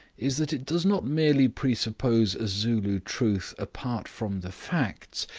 is that it does not merely presuppose a zulu truth apart from the facts,